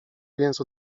więc